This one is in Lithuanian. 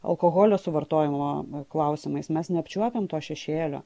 alkoholio suvartojimo klausimais mes neapčiuopiam to šešėlio